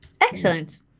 Excellent